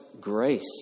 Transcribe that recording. grace